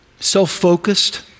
self-focused